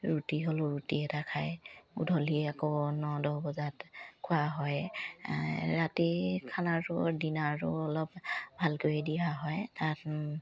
ৰুটি হ'লেও ৰুটি এটা খায় গধূলি আকৌ ন দহ বজাত খোৱা হয় ৰাতি খানাটো ডিনাৰটো অলপ ভালকৈ দিয়া হয় তাত